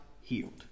healed